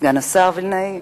סגן השר וילנאי,